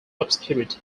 obscurity